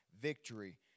Victory